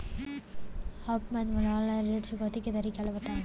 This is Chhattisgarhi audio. आप मन मोला ऑनलाइन ऋण चुकौती के तरीका ल बतावव?